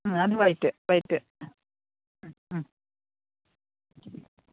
മ് അത് white white അ മ്